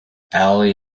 ali